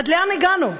עד לאן הגענו?